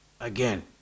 again